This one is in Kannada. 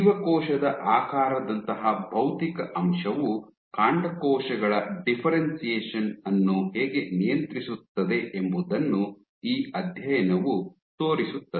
ಜೀವಕೋಶದ ಆಕಾರದಂತಹ ಭೌತಿಕ ಅಂಶವು ಕಾಂಡಕೋಶಗಳ ಡಿಫ್ಫೆರೆನ್ಶಿಯೇಷನ್ ಅನ್ನು ಹೇಗೆ ನಿಯಂತ್ರಿಸುತ್ತದೆ ಎಂಬುದನ್ನು ಈ ಅಧ್ಯಯನವು ತೋರಿಸುತ್ತದೆ